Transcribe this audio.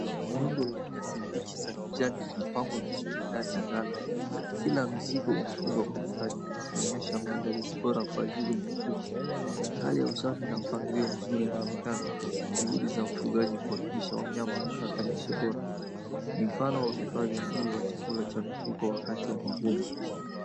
Rundo la nyasi mbichi za kijani limepangwa vizuri ndani ya gala. Kila mzigo umefungwa kwa ustadi, ukionyesha maandalizi bora kwa ajili ya mifugo. Hali ya usafi na mpangilio mzuri inaonekana, juhudi za mfugaji kuhakikisha wanyama wanapata lishe bora. Ni mfano wa uhifadhi mzuri wa chakula cha mifugo wakati wa mavuno.